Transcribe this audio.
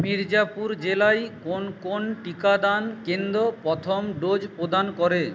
মিরজাপুর জেলায় কোন কোন টিকাদান কেন্দ্র প্রথম ডোজ প্রদান করে